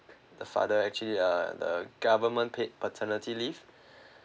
the father actually uh the government paid paternity leave